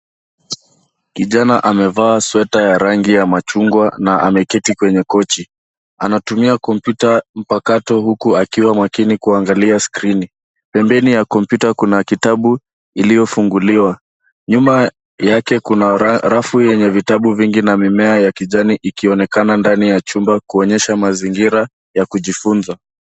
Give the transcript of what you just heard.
Kijana amevaa sweta ya rangi ya machungwa na ameketi kwenye kochi. Anatumia kompyuta mpakato huku akiwa makini kuangalia skrini. Pembeni ya kompyuta kuna kitabu iliyofunguliwa. Nyuma yake kuna rafu yenye vitabu vingi na mimea ya kijani ikionekana ndani ya chumba kuonyesha mazingira ya kujifunza.